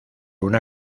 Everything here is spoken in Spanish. una